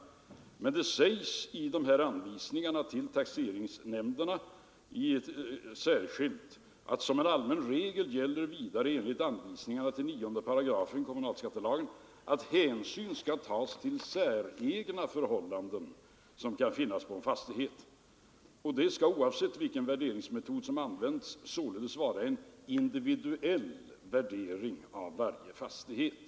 Men det sägs i de här anvisningarna till taxeringsnämnderna särskilt att som en allmän regel gäller, enligt anvisningarna till 9 § kommunalskattelagen, att hänsyn skall tas till säregna förhållanden som kan finnas på en fastighet. Det skall således, oavsett vilken värderingsmetod som används, vara en individuell värdering av varje fastighet.